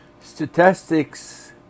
Statistics